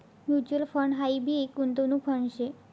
mutual fund हाई भी एक गुंतवणूक फंड शे